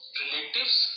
relatives